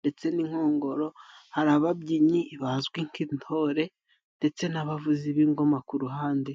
ndetse n'inkongoro hari ababyinyi bazwi nk'intore ndetse n'abavuzi b'ingoma ku ruhande.